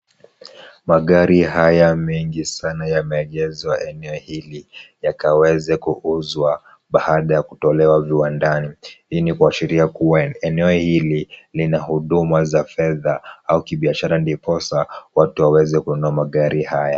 Magari haya mengi sana yameegeshwa ili yakaweze kuuzwa baada ya kutolewa viwandani. Hii ni kuashiria kuwa eneo hili ni la huduma za fedha au kibiashara ndiposa watu waweze kununua magari haya.